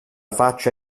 faccia